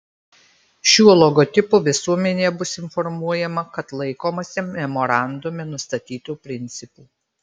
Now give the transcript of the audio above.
šiuo logotipu visuomenė bus informuojama kad laikomasi memorandume nustatytų principų